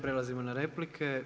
Prelazimo na replike.